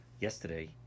yesterday